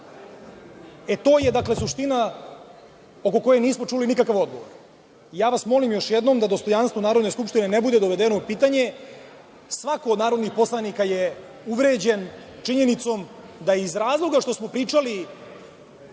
To je suština oko koje nismo čuli nikakav odgovor. Molim vas još jednom da dostojanstvo Narodne skupštine ne bude dovedeno u pitanje. Svako od narodnih poslanika je uvređen činjenicom da iz razloga što smo pričali